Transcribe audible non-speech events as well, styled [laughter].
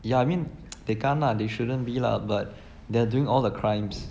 yeah I mean [noise] they can't lah they shouldn't be lah but they're doing all the crimes